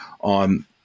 on